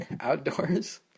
outdoors